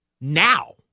now